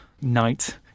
night